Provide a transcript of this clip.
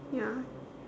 ya